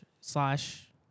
slash